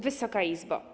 Wysoka Izbo!